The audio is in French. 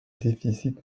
déficit